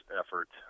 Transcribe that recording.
effort